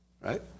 Right